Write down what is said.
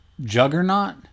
juggernaut